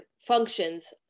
functions